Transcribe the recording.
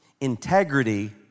Integrity